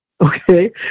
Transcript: Okay